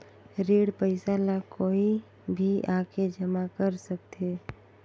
ऋण पईसा ला कोई भी आके जमा कर सकथे?